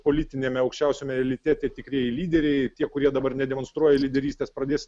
politiniame aukščiausiame elite tie tikrieji lyderiai tie kurie dabar nedemonstruoja lyderystės pradės